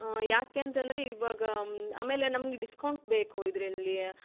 ಯಾಕೆ ಅಂತಂದರೆ ಇವಾಗ ಆಮೇಲೆ ನಮ್ಗೆ ಡಿಸ್ಕೌಂಟ್ ಬೇಕು ಇದರಲ್ಲೀ